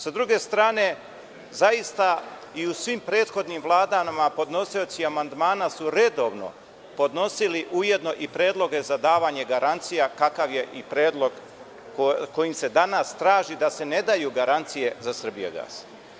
Sa druge strane, zaista i u svim prethodnim vladama podnosioci amandmana su redovno podnosili ujedno i predloge za davanje garancija, kakav je i predlog kojim se danas traži da se ne daju garancije za „Srbijagas“